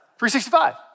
365